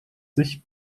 sich